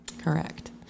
Correct